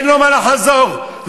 אין לו מה לחזור לעבוד,